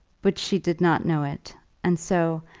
but she did not know it and so,